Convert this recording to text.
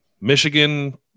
Michigan